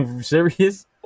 Serious